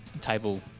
table